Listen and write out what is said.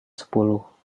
sepuluh